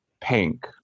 pink